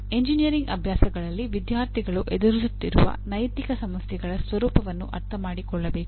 engineering ಅಭ್ಯಾಸಗಳಲ್ಲಿ ವಿದ್ಯಾರ್ಥಿಗಳು ಎದುರಿಸುತ್ತಿರುವ ನೈತಿಕ ಸಮಸ್ಯೆಗಳ ಸ್ವರೂಪವನ್ನು ಅರ್ಥಮಾಡಿಕೊಳ್ಳಬೇಕು